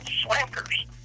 slackers